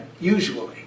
usually